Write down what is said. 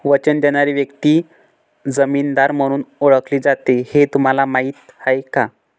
वचन देणारी व्यक्ती जामीनदार म्हणून ओळखली जाते हे तुम्हाला माहीत आहे का?